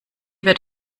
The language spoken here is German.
wird